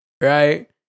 Right